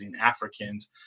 Africans